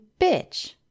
bitch